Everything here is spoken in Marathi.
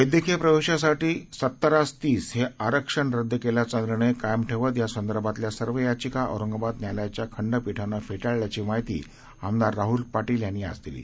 वैद्यकीय प्रवेशासाठी सत्तरास तीस हे आरक्षण रद्द केल्याचा निर्णय कायम ठेवत यासंदर्भातल्या सर्व याचिका औरंगाबाद न्यायालयाच्या खंडपीठानं फेटाळल्याची माहिती आमदार राहुल पाटील यांनी आज दिली